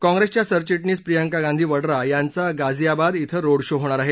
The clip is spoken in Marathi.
काँप्रेसच्या सरचिटणीस प्रियंका गांधी वाड्रा यांचा गाझियाबाद इथं रोड शो होणार आहे